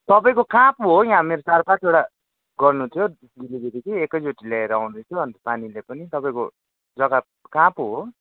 तपाईँको कहाँ पो हो यहाँ मेरो चार पाँचवटा गर्नु थियो डेलिभरी कि एकैचोटि लिएर आउँदैछु अन्त पानीले पनि तपाईँको जग्गा कहाँ पो हो